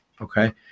Okay